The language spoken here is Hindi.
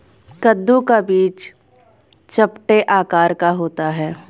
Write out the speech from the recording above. कद्दू का बीज चपटे आकार का होता है